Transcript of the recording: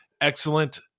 excellent